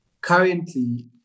currently